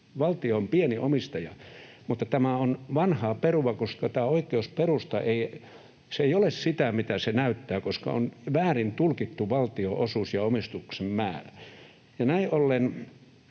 Valtio on pieni omistaja, mutta tämä on vanhaa perua, koska tämä oikeusperusta ei ole sitä, miltä se näyttää, koska on väärin tulkittu valtion osuus ja omistuksen määrä. Näin ollen